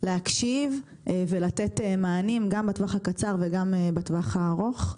להקשיב ולתת מענים גם בטווח הקצר וגם בטווח הארוך,